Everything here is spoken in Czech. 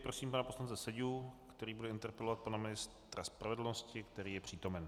Prosím pana poslance Seďu, který bude interpelovat pana ministra spravedlnosti, který je přítomen.